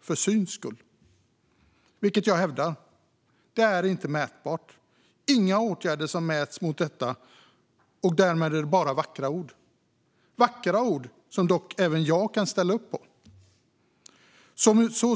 för syns skull, vilket jag hävdar. Det är inte mätbart. Inga åtgärder mäts mot detta. Därmed är det bara vackra ord, vackra ord som dock även jag kan ställa mig bakom.